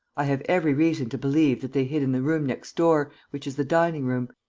i have every reason to believe that they hid in the room next door, which is the dining-room,